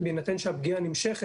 בהינתן שהפגיעה נמשכת,